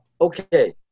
okay